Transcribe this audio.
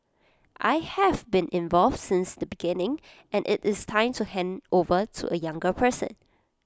I have been involved since the beginning and IT is time to hand over to A younger person